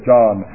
John